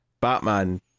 Batman